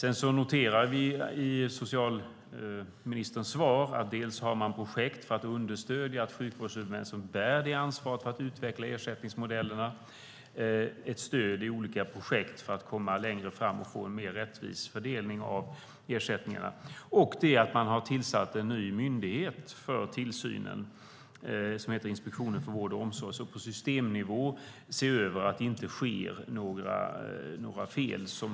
Vi noterar sedan i socialministerns svar att sjukvårdshuvudmännen som bär ansvaret för att utveckla ersättningsmodellerna får stöd i form av olika projekt för att komma längre och få en mer rättvis fördelning av ersättningarna. Man har även tillsatt en ny myndighet för tillsynen som heter Inspektionen för vård och omsorg som på systemnivå ser över att det inte sker några fel.